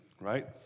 right